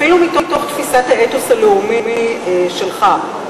אפילו מתוך תפיסת האתוס הלאומי שלך,